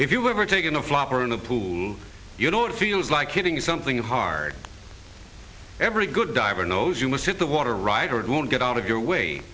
if you've ever taken a flop or in a pool you don't feel like hitting something hard every good diver knows you must hit the water right or it won't get out of your way